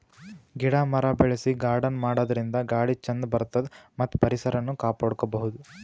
ಗಿಡ ಮರ ಬೆಳಸಿ ಗಾರ್ಡನ್ ಮಾಡದ್ರಿನ್ದ ಗಾಳಿ ಚಂದ್ ಬರ್ತದ್ ಮತ್ತ್ ಪರಿಸರನು ಕಾಪಾಡ್ಕೊಬಹುದ್